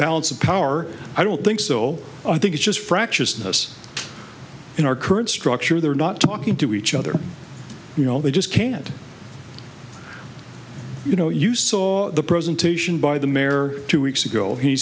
balance of power i don't think so i think it's just fractiousness in our current structure they're not talking to each other you know they just can't you know you saw the presentation by the mayor two weeks ago he